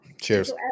Cheers